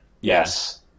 Yes